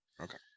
Okay